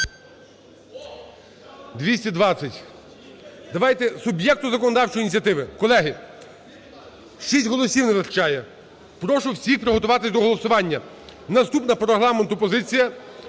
За-220 Давайте суб'єкту законодавчої ініціативи. Колеги, 6 голосів не вистачає. Прошу всіх приготуватися до голосування. Наступна по Регламенту позиція